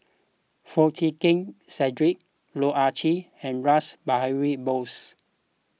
Foo Chee Keng Cedric Loh Ah Chee and Rash Behari Bose